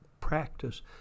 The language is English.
practice